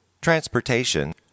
transportation